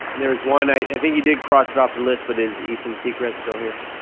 there is one i think you did cross it off the list, but is ethan seacrest still here?